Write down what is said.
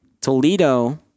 Toledo